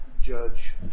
Judge